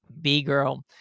b-girl